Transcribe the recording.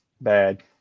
bad